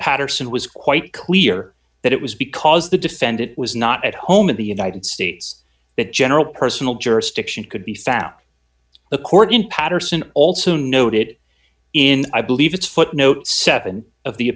patterson was quite clear that it was because the defendant was not at home in the united states that general personal jurisdiction could be found a court in patterson also noted in i believe it's footnote seven of the